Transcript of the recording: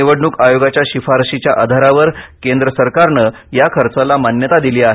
निवडणूक आयोगाच्या शिफारशीच्या आधारावर केंद्र सरकारनं या खर्चाला मान्यता दिली आहे